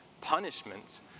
punishments